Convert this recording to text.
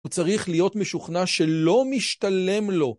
‫הוא צריך להיות משוכנע שלא משתלם לו.